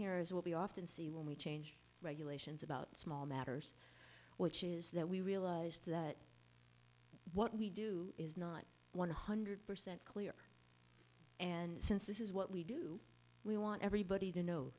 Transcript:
here is what we often see when we change regulations about small matters which is that we realize that what we do is not one hundred percent clear and since this is what we do we want everybody to know